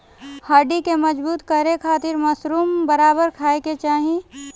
हड्डी के मजबूत करे खातिर मशरूम बराबर खाये के चाही